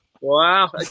Wow